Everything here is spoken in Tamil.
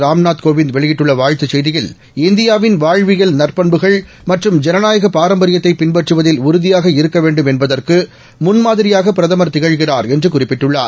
ராம்நாத் கோவிந்த் வெளியிட்டுள்ள வாழ்த்துச் செய்தியில் இந்தியாவின் வாழ்வியல் நற்பண்புகள் மற்றும் ஜனநாயக பாரம்பரியத்தைப் பின்பற்றுவதில் உறுதியாக இருக்க வேண்டுமென்பதற்கு முன்மாதிரியாக பிர்தமர் திகழ்கிறார் என்று குறிப்பிட்டுள்ளார்